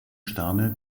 sterne